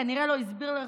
כנראה לא הסבירו לך.